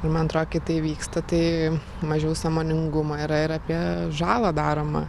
ir man atrodo kai tai vyksta tai mažiau sąmoningumo yra ir apie žalą daromą